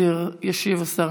ישיב השר